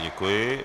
Děkuji.